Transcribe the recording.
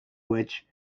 which